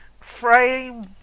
Frame